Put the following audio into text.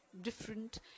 different